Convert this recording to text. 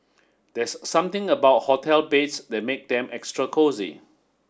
there's something about hotel beds that makes them extra cosy